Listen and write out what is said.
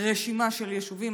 רשימה של יישובים,